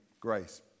grace